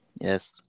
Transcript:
Yes